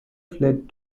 fled